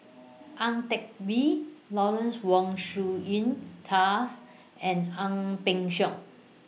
Ang Teck Bee Lawrence Wong Shyun Tsai and Ang Peng Siong